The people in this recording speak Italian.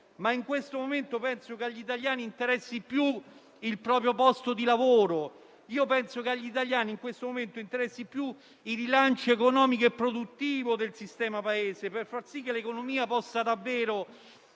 ma in questo momento penso che agli italiani interessi più il proprio posto di lavoro. Io penso che gli italiani in questo momento interessi più il rilancio economico e produttivo del sistema Paese per far sì che l'economia possa davvero